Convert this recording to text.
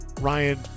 Ryan